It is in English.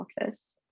office